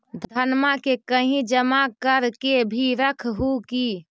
धनमा के कहिं जमा कर के भी रख हू की?